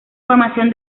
formación